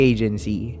Agency